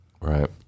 Right